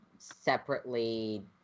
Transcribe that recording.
separately